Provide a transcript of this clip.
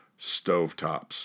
stovetops